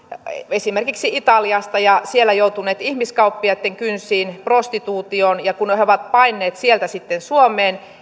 esimerkiksi italiasta ja siellä joutuneet ihmiskauppiaitten kynsiin prostituutioon kun he ovat paenneet sieltä sitten suomeen